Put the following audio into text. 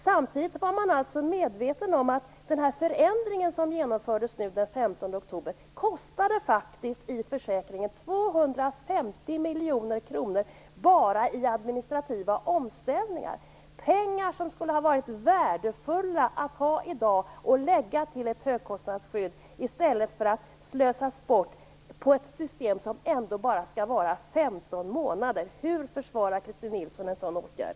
Samtidigt var man alltså medveten om att den här förändringen som genomfördes den 15 oktober faktiskt kostade 250 miljoner kronor bara i administrativa omställningar i försäkringen. Det skulle ha varit värdefullt att ha dessa pengar i dag och lägga till ett högkostnadsskydd i stället för att slösa bort dem på ett system som ändå bara skall fungera i 15 månader. Hur försvarar Christin Nilsson en sådan åtgärd?